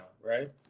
right